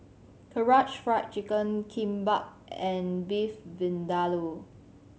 Karaage Fried Chicken Kimbap and Beef Vindaloo